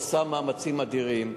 עושה מאמצים אדירים.